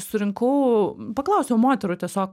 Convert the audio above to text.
surinkau paklausiau moterų tiesiog